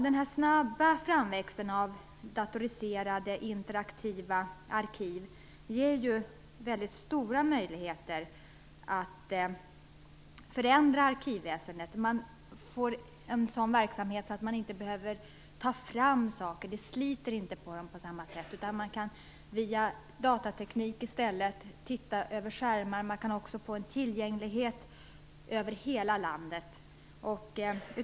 Den snabba framväxten av datoriserade interaktiva arkiv, ger ju väldigt stora möjligheter att förändra arkivväsendet. Man kan få en sådan verksamhet att man inte längre behöver ta fram saker. Det sliter inte ut folk på samma sätt. Man kan via datorteknik i stället titta över skärmar. Man kan ockå få en tillgänglighet över hela landet.